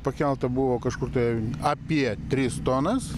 pakelta buvo kažkur tai apie tris tonas